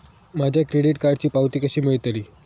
माझ्या क्रेडीट कार्डची पावती कशी मिळतली?